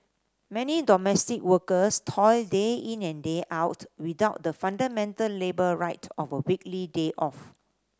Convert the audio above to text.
many domestic workers toil day in and day out without the fundamental labour right of a weekly day off